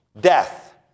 death